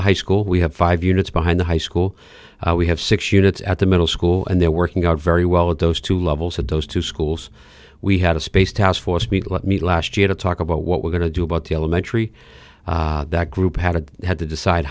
the high school we have five units behind the high school we have six units at the middle school and they're working out very well in those two levels of those two schools we had a spaced house forcemeat let me last year to talk about what we're going to do about the elementary that group had to have to decide